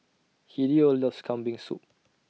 Hideo loves Kambing Soup